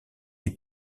est